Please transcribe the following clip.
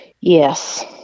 Yes